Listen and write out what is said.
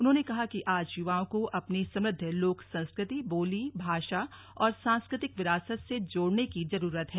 उन्होंने कहा कि आज युवाओं को अपनी समृद्व लोक संस्कृति बोली भाषा और सांस्कृतिक विरासत से जोड़ने की जरूरत है